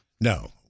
No